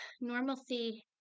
normalcy